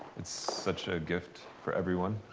it's such a gift for everyone,